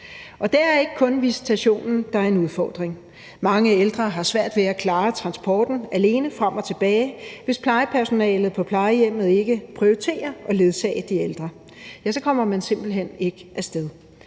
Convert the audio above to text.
Og det er ikke kun visitationen, der er en udfordring. Mange ældre har svært ved at klare transporten alene frem og tilbage, og hvis plejepersonalet på plejehjemmet ikke prioriterer at ledsage de ældre, ja, så kommer man simpelt hen ikke afsted.